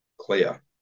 clear